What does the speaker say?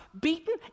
beaten